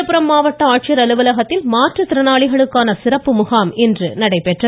விழுப்புரம் மாவட்ட ஆட்சியர் அலுவலகத்தில் மாற்றுத்திறனாளிகளுக்கான சிறப்பு முகாம் இன்று நடைபெற்றது